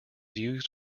used